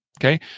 Okay